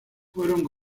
fueron